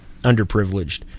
underprivileged